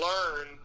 learn